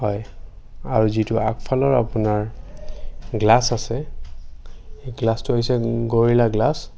হয় আৰু যিটো আগফালৰ আপোনাৰ গ্লাছ আছে সেই গ্লাছটো হৈছে গৰিলা গ্লাছ